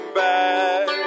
back